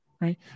Right